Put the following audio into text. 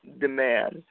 demand